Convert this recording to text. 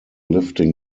lifting